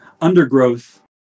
undergrowth